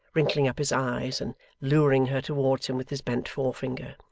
wrinkling up his eyes and luring her towards him with his bent forefinger,